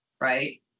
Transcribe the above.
right